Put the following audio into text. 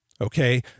Okay